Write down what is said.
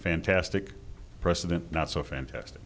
fantastic precedent not so fantastic